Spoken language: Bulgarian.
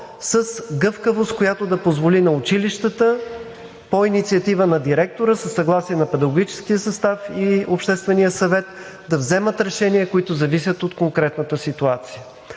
с гъвкавост, която да позволи на училищата по инициатива на директора със съгласие на педагогическия състав и Обществения съвет да вземат решения, които зависят от конкретната ситуация.